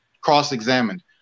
cross-examined